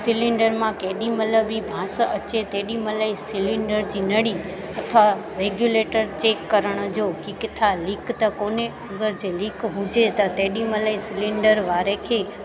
cylinder मां केॾीमहिल बिबांस अचे तेॾीमहिल ई सिलेंडर जी नड़ी अथवा रेग्यूलेटर चेक करण जो कि किथां लिक त कोने अगरि जी लिक हुजे त तेॾीमल ई सिलेंडर वारे खे